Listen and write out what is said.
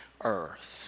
earth